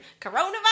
Coronavirus